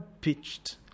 pitched